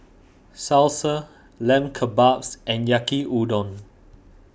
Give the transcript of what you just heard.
Salsa Lamb Kebabs and Yaki Udon